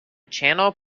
channel